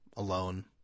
alone